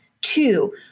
Two